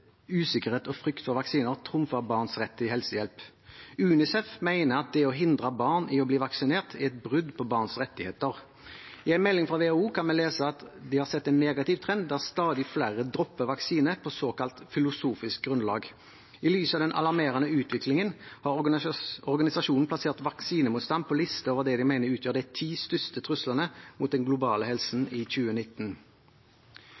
usikkerhet og frykt for vaksiner trumfe barns rett til helsehjelp. UNICEF mener at det å hindre barn i å bli vaksinert er et brudd på barns rettigheter. I en melding fra WHO kan vi lese at de har sett en negativ trend, at stadig flere dropper vaksiner på såkalt filosofisk grunnlag. I lys av den alarmerende utviklingen har organisasjonen plassert vaksinemotstand på listen over det de mener utgjør de ti største truslene mot den globale